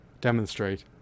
demonstrate